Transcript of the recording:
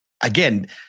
again